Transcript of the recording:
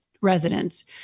residents